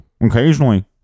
occasionally